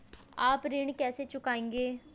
आप ऋण कैसे चुकाएंगे?